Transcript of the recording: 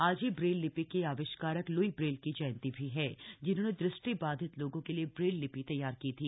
आज ही ब्रेल लिपि के आविष्कारक लुई ब्रेल की जयंती भी है जिन्होंने दृष्टि बाधित लोगों के लिए ब्रेल लिपि तैयार की थी